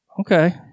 Okay